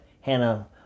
Hannah